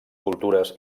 cultures